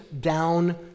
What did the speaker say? down